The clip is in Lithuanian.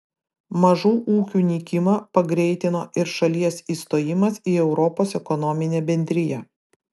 mažų ūkių nykimą pagreitino ir šalies įstojimas į europos ekonominę bendriją